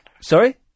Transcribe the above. Sorry